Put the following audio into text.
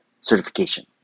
certification